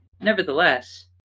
nevertheless